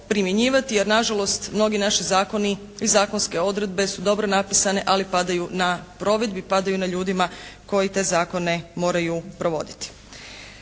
primjenjivati jer nažalost mnogi naši zakoni i zakonske odredbe su dobro napisane, ali padaju na provedbi, padaju na ljudima koji te zakone moraju provoditi.